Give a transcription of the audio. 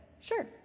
sure